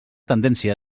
tendència